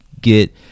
get